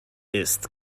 ist